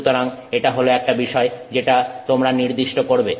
সুতরাং এটা হল একটা বিষয় যেটা তোমরা নির্দিষ্ট করবে